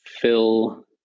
fill